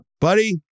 buddy